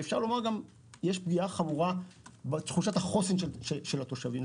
ויש גם פגיעה חמורה בתחושת החוסן של התושבים.